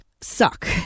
suck